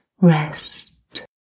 rest